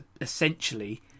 essentially